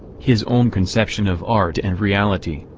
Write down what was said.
his own conception of art and reality.